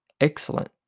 excellent